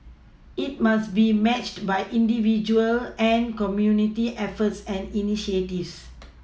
it must be matched by individual and community efforts and initiatives